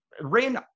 ran